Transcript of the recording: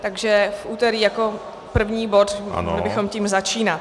Takže v úterý jako první bod, mohli bychom tím začínat.